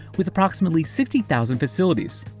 with approximately sixty thousand facilities,